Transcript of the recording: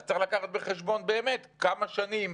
אז צריך לקחת בחשבון באמת כמה שנים